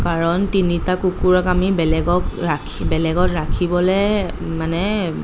কাৰণ তিনিটা কুকুৰক আমি বেলেগক ৰাখি বেলেগত ৰাখিবলৈ মানে